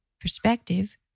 perspective